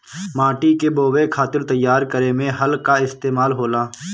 माटी के बोवे खातिर तैयार करे में हल कअ इस्तेमाल होला